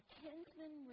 kinsman